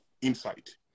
insight